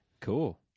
Cool